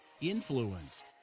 influence